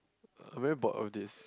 uh very bored of this